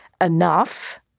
enough